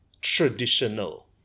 traditional